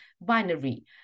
binary